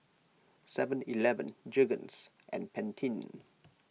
Seven Eleven Jergens and Pantene